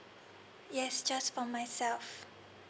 yes just for myself